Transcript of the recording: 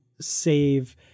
save